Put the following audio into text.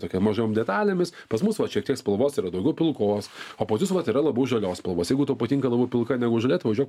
tokiom mažom detalėmis pas mus vat šiek tiek spalvos yra daugiau pilkos o pas jus vat yra labiau žalios spalvos jeigu tau patinka labiau pilka negu žalia tai važiuok